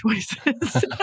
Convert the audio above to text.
choices